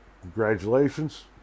congratulations